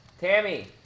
Tammy